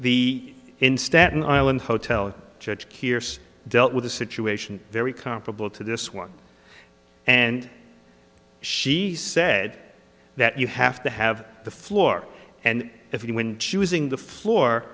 the in staten island hotel judge hears dealt with the situation very comparable to this one and she said that you have to have the floor and if you when choosing the floor